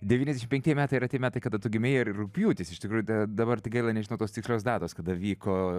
devyniasdešimt penktieji metai yra tie metai kada tu gimei ir rugpjūtis iš tikrųjų tai dabar tik gaila nežinau tos tikslios datos kada vyko